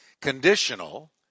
Conditional